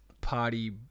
party